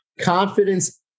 confidence